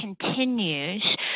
continues